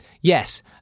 Yes